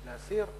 להסיר?